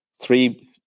three